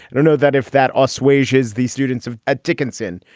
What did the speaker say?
and i know that if that assuages the students um at dickinson.